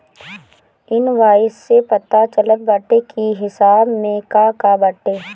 invoice से पता चलत बाटे की हिसाब में का का बाटे